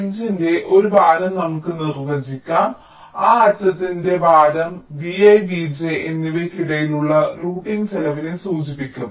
എഡ്ജിന്റെ ഒരു ഭാരം നമുക്ക് നിർവ്വചിക്കാം ആ അറ്റത്തിന്റെ ഭാരം vi vj എന്നിവയ്ക്കിടയിലുള്ള റൂട്ടിംഗ് ചെലവിനെ സൂചിപ്പിക്കും